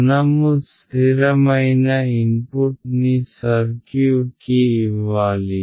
మనము స్ధిరమైన ఇన్పుట్ ని సర్క్యూట్ కి ఇవ్వాలి